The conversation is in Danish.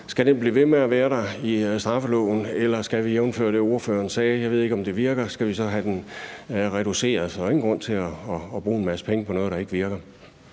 Skal den blive ved med at være i straffeloven, eller skal vi, jævnfør det, ordføreren sagde, om, at ordføreren ikke ved, om det virker, have den reduceret? Der er jo ingen grund til at bruge en masse penge på noget, der ikke virker.